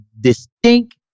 distinct